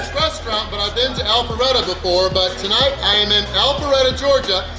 restaurant, but i've been to alpharetta before. but tonight, i am in alpharetta, georgia.